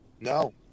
No